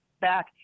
back